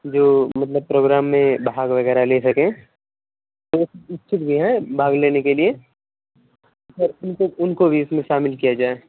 जो मतलब प्रोग्राम में भाग वगैरह ले सके इच्छुक भी हैं भाग लेने के लिए सर उनको उनको भी इसमें शामिल किया जाए